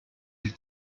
die